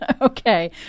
Okay